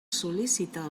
sol·licitar